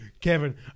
Kevin